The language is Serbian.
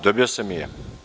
Dobio sam i ja.